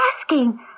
asking